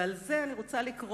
ועל זה אני רוצה לקרוא,